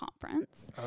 conference